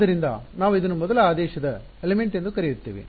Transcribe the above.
ಆದ್ದರಿಂದ ನಾವು ಇದನ್ನು ಮೊದಲ ಆದೇಶದ ಅಂಶ ಎಲಿಮೆಂಟ್ ಎಂದು ಕರೆಯುತ್ತೇವೆ